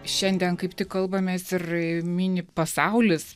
šiandien kaip tik kalbamės ir mini pasaulis